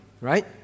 right